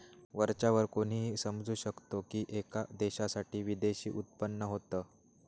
वरच्या वर कोणीही समजू शकतो की, एका देशासाठी विदेशी उत्पन्न होत